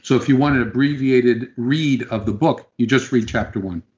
so if you want an abbreviated read of the book, you just read chapter one